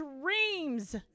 dreams